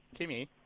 Kimmy